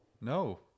no